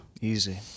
Easy